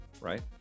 right